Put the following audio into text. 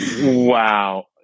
Wow